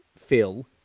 Phil